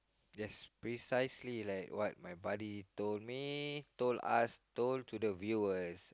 yes precisely like what my buddy told me told us told to the viewers